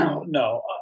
No